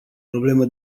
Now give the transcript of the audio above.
problemă